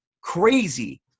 crazy